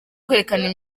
kwerekana